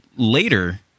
later